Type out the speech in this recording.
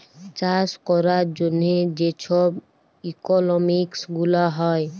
চাষ ক্যরার জ্যনহে যে ছব ইকলমিক্স গুলা হ্যয়